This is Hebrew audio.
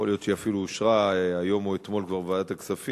יכול להיות שהיא אפילו כבר אושרה היום או אתמול בוועדת הכספים,